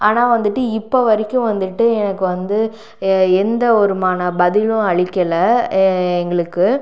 ஆனால் வந்துவிட்டு இப்போ வரைக்கும் வந்துவிட்டு எனக்கு வந்து எந்த ஒருமான பதிலும் அளிக்கலை எங்களுக்கு